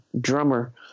drummer